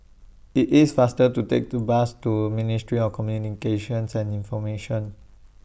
IT IS faster to Take to Bus to Ministry of Communications and Information